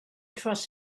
trust